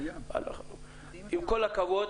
עם כל הכבוד